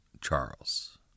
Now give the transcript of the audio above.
Charles